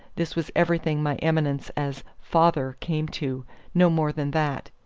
this was everything my eminence as father came to no more than that.